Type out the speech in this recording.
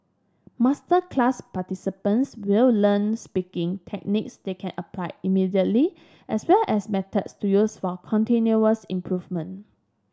masterclass participants will learn speaking techniques they can apply immediately as well as methods to use for continuous improvement